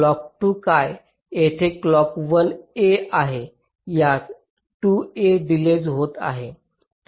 clock 2 काय येथे clock 1 a आहे यास 2 a डिलेज होत आहे